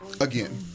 again